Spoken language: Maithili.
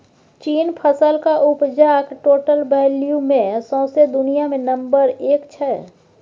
चीन फसलक उपजाक टोटल वैल्यू मे सौंसे दुनियाँ मे नंबर एक छै